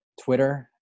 Twitter